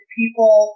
people